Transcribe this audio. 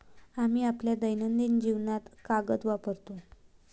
आम्ही आपल्या दैनंदिन जीवनात कागद वापरतो